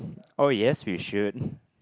oh yes we should